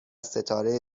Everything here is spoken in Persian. ستاره